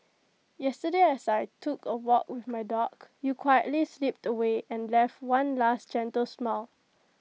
yesterday as I took A walk with my dog you quietly slipped away and left one last gentle smile